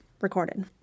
recorded